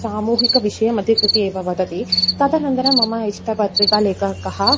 सामूहिकविषयम् अधिकृत्य एव वदति तदनन्दरं मम इष्टपत्रिका लेखकः